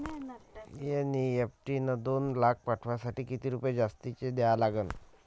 NEFT न दोन लाख पाठवासाठी किती रुपये जास्तचे द्या लागन?